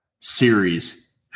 Series